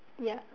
ya